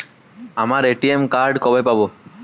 আমার ATM card কবে পাব?